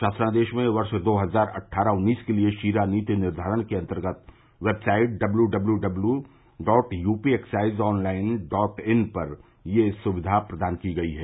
शासनादेश में वर्ष दो हजार अट्ठारह उन्नीस के लिए शीरा नीति निर्धारण के अन्तर्गत वेबसाइट डब्यूडब्यूडब्यूडॉट UP excise online dot in पर यह सुविधा प्रदान की गई है